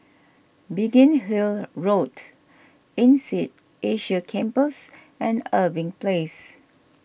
Biggin Hill Road Insead Asia Campus and Irving Place